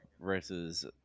versus